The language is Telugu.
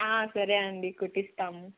సరే అండి కుట్టిస్తాము